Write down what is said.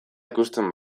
ikusten